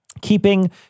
Keeping